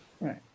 Right